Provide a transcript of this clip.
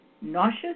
nauseous